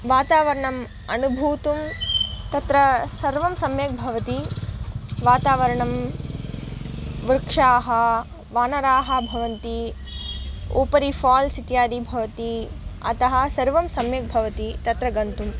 वातावरणम् अनुभूतुं तत्र सर्वं सम्यक् भवति वातावरणं वृक्षाः वानराः भवन्ति उपरि फाल्स् इत्यादि भवति अतः सर्वं सम्यक् भवति तत्र गन्तुम्